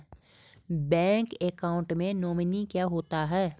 Bank account में nominee क्या होता है?